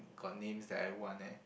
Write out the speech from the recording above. got names that I want eh